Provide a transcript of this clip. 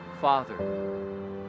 Father